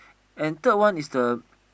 and third one is the